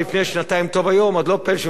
אז לא פלא שמתעוררים בוקר אחד ומגלים